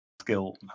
skill